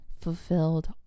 fulfilled